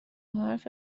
حرف